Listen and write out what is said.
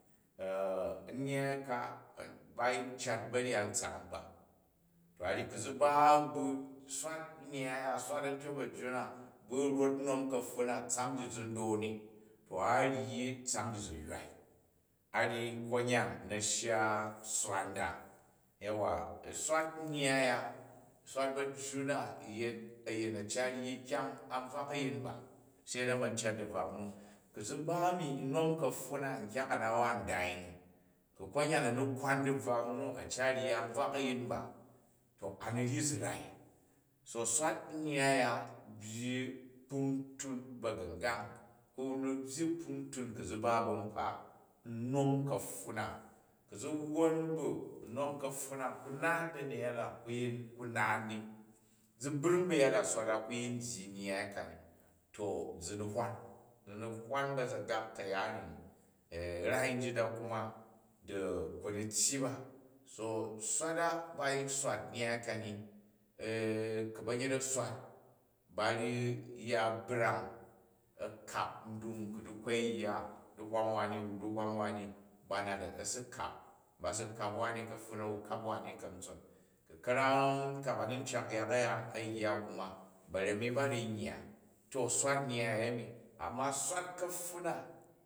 Nnyyai ka bag yin cat ba̱njat ntsang ba. To a̱ ryi ku̱ zi ba bu swat nnyai a, swat a̱ntyer ba̱jju na bu rot u nam kapfun na tsang ji zi n da̱n ni to a ryi tsang ji zi ywani, a̱ ryi konyan na shya tsswa nda. Yauwa, swat nnyya a, swat ba̱tyyi u yet a̱yin a cat ryi kyang a bvak a̱yim ba, se na̱ ma̱ cat di bvak nu. Ku̱ zi ba mi unom ka̱ptun na, nkyang a na wa n dai ni, ko konga, a ni kwan di bvak nu, a̱ cat ryi an bvak a̱yin ba. To a̱ni ryi zi rai, so swat nnyyai ya byyi kpuntun ba̱gu̱ngang, ku ni byyi kpuntung ku̱ zi ba ba̱ nkopa u nom ka̱pfun na. Ku̱ zi wwon ba nom kapfun na ku naat dani yada ku naat ni zi brang ba yada swat a ku yin dyi nnyyai kani, to zi ni hwan, zi in hwar ba̱ za̱gak kayaar ni ni. Rai njit a kuma di ku ni tyyi ba so swat a ba yin swat nnyyai ka ni. Ku̱ banyet a swat, ba ru̱ ya bra̱ng, a̱ kap dung ku̱ dikwoi yya, dihnam wani bu dihwam wani ba nat a sikap ba si kap wani kapfun, a̱wo si kap wani kantsan ku̱ ka̱ram ka bani n ak yak a̱ya a̱jya kuna ba̱ra̱mi ba ru nyya. To swat, nnyyai ya yani, amma swat kapfun na